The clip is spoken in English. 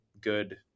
good